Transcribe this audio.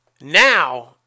now